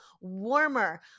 warmer